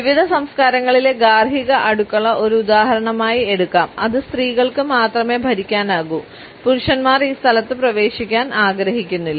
വിവിധ സംസ്കാരങ്ങളിലെ ഗാർഹിക അടുക്കള ഒരു ഉദാഹരണമായി എടുക്കാം അത് സ്ത്രീകൾക്ക് മാത്രമേ ഭരിക്കാനാകൂ പുരുഷന്മാർ ഈ സ്ഥലത്ത് പ്രവേശിക്കാൻ ആഗ്രഹിക്കുന്നില്ല